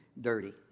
dirty